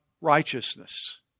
righteousness